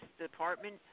Department